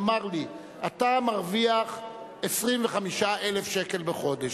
יאמר לי: אתה מרוויח 25,000 שקל בחודש,